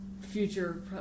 future